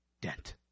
dent